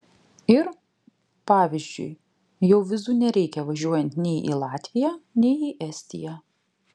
ir pavyzdžiui jau vizų nereikia važiuojant nei į latviją nei į estiją